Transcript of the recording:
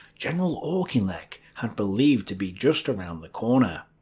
general auchinleck had believed to be just around the corner.